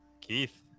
Keith